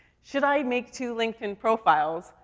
should i make two linkedin profiles?